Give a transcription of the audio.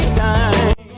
time